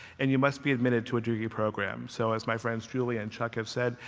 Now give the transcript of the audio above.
and you must be admitted to a degree program. so as my friends julie and chuck have said,